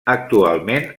actualment